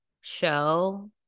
show